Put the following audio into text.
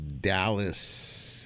Dallas